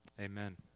amen